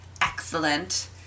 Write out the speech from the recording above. Excellent